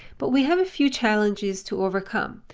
but we have a few challenges to overcome.